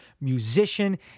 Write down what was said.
musician